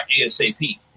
ASAP